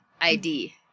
ID